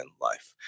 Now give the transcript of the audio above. life